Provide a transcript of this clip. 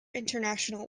international